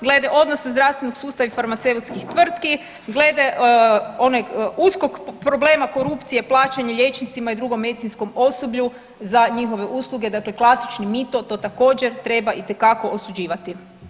Glede odnosa zdravstvenog sustava i farmaceutskih tvrtki, glede onaj uskog problema korupcije plaćanje liječnicima i drugom medicinskom osoblju za njihove usluge, dakle klasični mito to također treba itekako osuđivati.